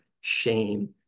shame